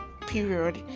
period